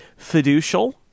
fiducial